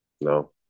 no